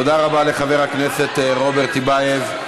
תודה רבה לחבר הכנסת רוברט טיבייב.